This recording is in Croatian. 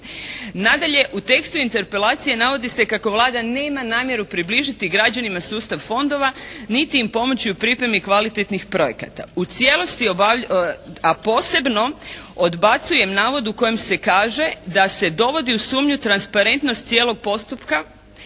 Nadalje u tekstu interpelacije navodi se kako Vlada nema namjeru približiti građanima sustav fondova niti im pomoći u pripremi kvalitetnih projekata. U cijelosti, a posebno odbacujem navod u kojem se kaže da se dovodi u sumnju transparentnost cijelog postupka